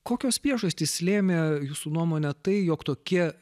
kokios priežastys lėmė jūsų nuomone tai jog tokie